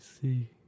see